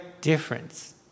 difference